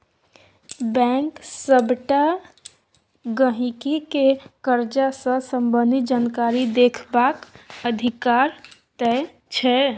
bank सबटा गहिंकी केँ करजा सँ संबंधित जानकारी देखबाक अधिकार दैत छै